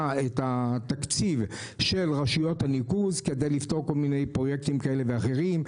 התקציב של רשויות הניקוז כדי לפתור כל מיני פרויקטים כאלה ואחרים.